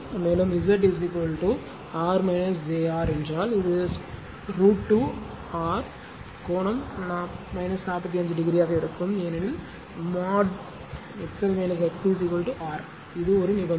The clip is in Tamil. மேலும் Z R jR என்றால் இது √ 2 R கோணம் 45 டிகிரியாக இருக்கும் ஏனெனில் மோட் XL XC ஆர் இது ஒரு நிபந்தனை